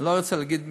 אני לא רוצה להגיד מי,